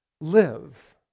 live